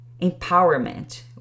empowerment